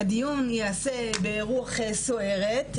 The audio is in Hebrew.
הדיון ייערך ברוח סוערת,